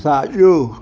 साॼो